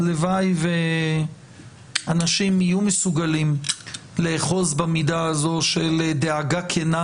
הלוואי ואנשים יהיו מסוגלים לאחוז במידה הזאת של דאגה כנה